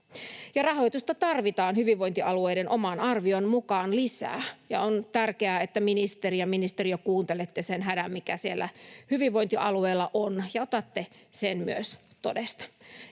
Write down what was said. Rahoitusta tarvitaan hyvinvointialueiden oman arvion mukaan lisää, ja on tärkeää, että, ministeri ja ministeriö, kuuntelette sen hädän, mikä siellä hyvinvointialueilla on, ja otatte sen myös todesta.